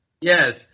Yes